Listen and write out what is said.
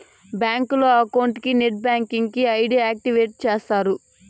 బ్యాంకులో అకౌంట్ కి net banking కి ఐ.డి యాక్టివేషన్ చేస్తారు